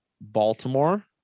Baltimore